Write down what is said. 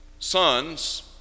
sons